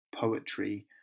poetry